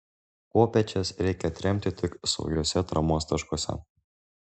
kopėčias reikia atremti tik saugiuose atramos taškuose